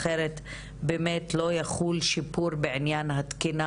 אחרת באמת לא יחול שיפור בעניין התקינה